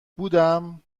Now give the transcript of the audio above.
بودم